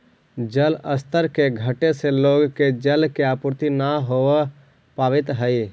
जलस्तर के घटे से लोग के जल के आपूर्ति न हो पावित हई